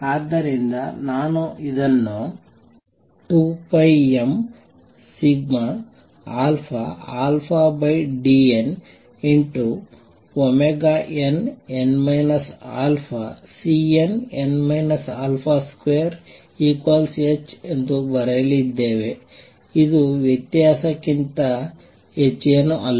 ಆದ್ದರಿಂದ ನಾನು ಇದನ್ನು 2πmddnnn α|Cnn α |2hಎಂದು ಬರೆಯಲಿದ್ದೇನೆ ಮತ್ತು ಇದು ವ್ಯತ್ಯಾಸಕ್ಕಿಂತ ಹೆಚ್ಚೇನೂ ಅಲ್ಲ